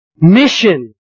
mission